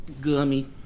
Gummy